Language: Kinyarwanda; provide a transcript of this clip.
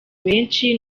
benshi